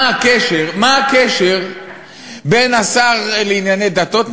מה הקשר בין השר לענייני דתות,